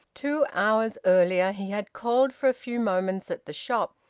two hours earlier he had called for a few moments at the shop,